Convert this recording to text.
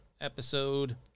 episode